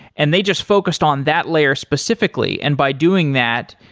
and they just focused on that layer specifically. and by doing that,